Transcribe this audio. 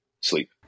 sleep